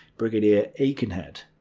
brigadier aikenhead.